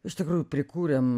iš tikrųjų prikūrėm